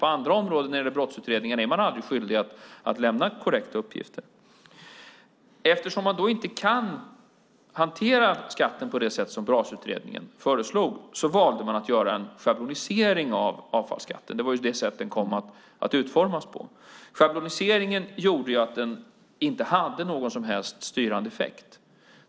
På andra områden när det gäller brottsutredningar är man aldrig skyldig att lämna korrekta uppgifter. Eftersom man då inte kan hantera skatten på det sätt som Brasutredningen föreslog valde man att göra en schablonisering av avfallsskatten. Det var på detta sätt den kom att utformas. Schabloniseringen gjorde att den inte hade någon som helst styrande effekt.